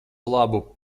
labu